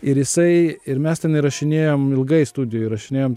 ir jisai ir mes ten įrašinėjom ilgai studijoj įrašinėjom